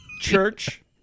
church